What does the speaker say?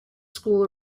school